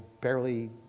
barely